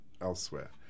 elsewhere